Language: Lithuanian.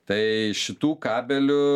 tai šitų kabelių